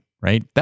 right